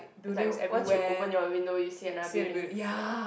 is like once you open your window you see another building